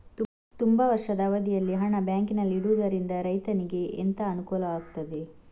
ತುಂಬಾ ವರ್ಷದ ಅವಧಿಯಲ್ಲಿ ಹಣ ಬ್ಯಾಂಕಿನಲ್ಲಿ ಇಡುವುದರಿಂದ ರೈತನಿಗೆ ಎಂತ ಅನುಕೂಲ ಆಗ್ತದೆ?